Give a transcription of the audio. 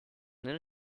then